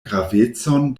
gravecon